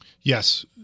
Yes